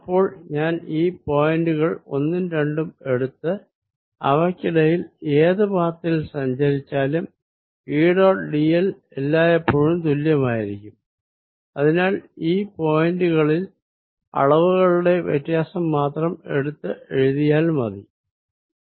അപ്പോൾ ഞാൻ ഈ പോയിന്റുകൾ ഒന്നും രണ്ടും എടുത്ത് അവയ്ക്കിടയിൽ ഏത് പാത്തിൽ സഞ്ചരിച്ചാലും E ഡോട്ട് dl എല്ലായെപ്പോഴും തുല്യമായിരിക്കും അതിനാൽ ഈ പോയിന്റുകളിൽ അളവുകളുടെ വ്യത്യാസം മാത്രം എടുത്ത് എഴുതിയാൽ മതിയാകും